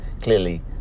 clearly